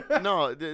No